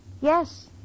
Yes